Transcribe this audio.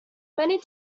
many